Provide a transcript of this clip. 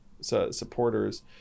supporters